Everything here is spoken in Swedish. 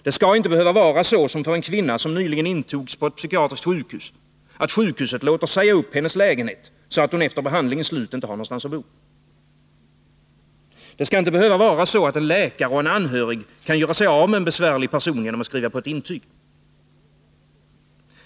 Det skall inte behöva vara så, som för en kvinna som nyligen intogs på ett psykiatriskt sjukhus, att sjukhuset låter säga upp hennes lägenhet, så att hon efter behandlingens slut inte har någonstans att bo. Det skall inte behöva vara så, att en läkare och en anhörig kan göra sig av med en besvärlig person genom att skriva på ett intyg.